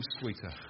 sweeter